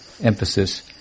emphasis